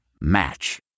Match